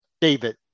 David